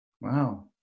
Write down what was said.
wow